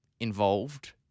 involved